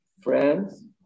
friends